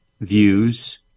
views